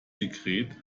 sekret